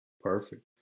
Perfect